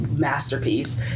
masterpiece